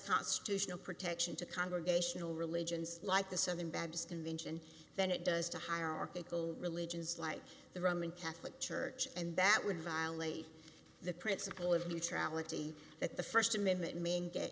constitutional protection to congregational religions like the southern baptist convention than it does to hierarchical religions like the roman catholic church and that would violate the principle of neutrality that the st amendment man